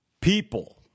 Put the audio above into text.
People